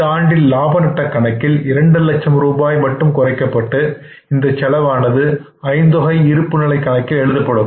இந்த ஆண்டின் லாப நட்ட கணக்கில் இரண்டு லட்சம் ரூபாய் குறைக்கப்பட்டு இந்த செலவானது ஐந்தொகை இருப்புநிலை கணக்கில் எழுதப்படும்